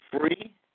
free